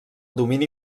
domini